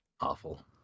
awful